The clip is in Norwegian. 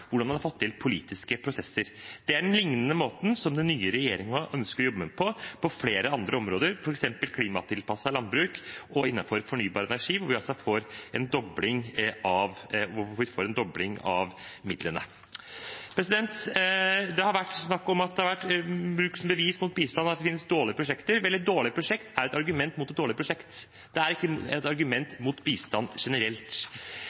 hvordan man har fått til politiske prosesser. Det er en lignende måte den nye regjeringen ønsker å jobbe på, på flere andre områder, f.eks. innenfor klimatilpasset landbruk og fornybar energi, hvor vi får en dobling av midlene. Det har vært snakk om at det at det finnes dårlige prosjekter, har vært brukt som bevis mot bistand. Vel, et dårlig prosjekt er et argument mot et dårlig prosjekt. Det er ikke et